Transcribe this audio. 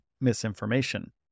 misinformation